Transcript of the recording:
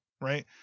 right